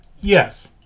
Yes